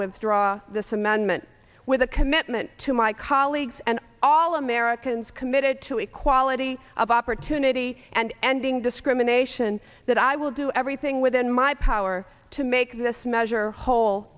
withdraw this amendment with a commitment to my colleagues and all americans committed to equality of opportunity and ending discrimination that i will do everything within my power to make this measure whole